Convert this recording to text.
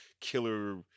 killer